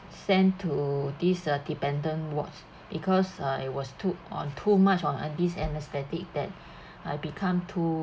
sent to this uh dependent ward because uh it was too on too much on on this anaesthetic that I've become too